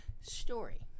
Story